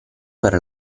per